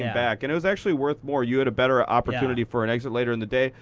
back. and it was actually worth more. you had a better ah opportunity for an exit later in the day.